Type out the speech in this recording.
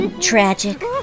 Tragic